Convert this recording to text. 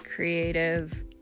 creative